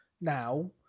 now